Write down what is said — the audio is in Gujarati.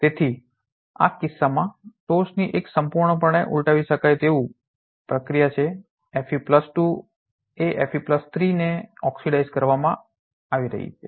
તેથી આ કિસ્સામાં ટોચની એક સંપૂર્ણપણે ઉલટાવી શકાય તેવું પ્રક્રિયા છે Fe2 એ Fe3 ને ઓક્સિડાઇઝ કરવામાં આવી રહી છે